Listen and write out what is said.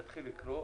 נתחיל לקרוא,